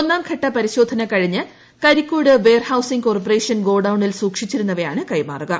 ഒന്നാം ഘട്ട പരിശോധന കഴിഞ്ഞ് കരിക്കോട് വെയർഹൌസിംഗ് കോർപറേഷൻ ഗോഡൌണിൽ സൂക്ഷിച്ചിരുന്നവയാണ് കൈമാറുക